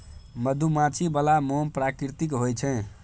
मधुमाछी बला मोम प्राकृतिक होए छै